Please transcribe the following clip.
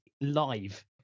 live